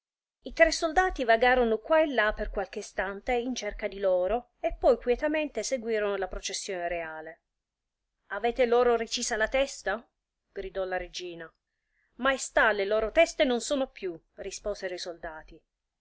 i tre soldati vagarono quà e là per qualche istante in cerca di loro e poi quietamente seguirono la processione reale avete loro recisa la testa gridò la regina maestà le loro teste non sono più risposero i soldati